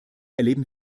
erleben